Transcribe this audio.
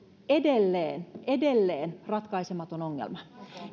edelleen edelleen ratkaisematon ongelma